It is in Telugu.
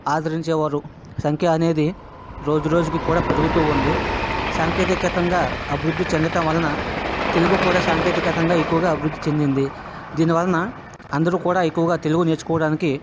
ఆదరించేవారు సంఖ్య అనేది రోజు రోజుకి కూడా పెరుగుతూ ఉంది సాంకేతికంగా అభివృద్ధి చెందడం వలన తెలుగు కూడా సాంకేతికతంగా ఎక్కువగా అభివృద్ధి చెందింది దీనివలన అందరూ కూడా ఎక్కువగా తెలుగు నేర్చుకోవడానికి